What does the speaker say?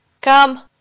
come